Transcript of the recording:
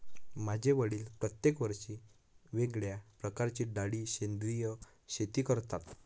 माझे वडील प्रत्येक वर्षी वेगळ्या प्रकारच्या डाळी सेंद्रिय शेती करतात